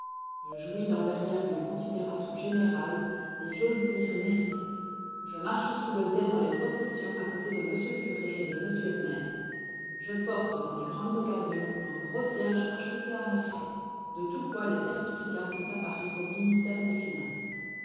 je jouis dans verrières d'une considération générale et j'ose dire méritée je marche sous le dais dans les processions à côté de m le curé et de m le maire je porte dans les grandes occasions un gros cierge acheté à mes frais de tout quoi les certificats sont à paris au ministère des finances